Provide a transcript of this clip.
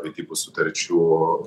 vedybų sutarčių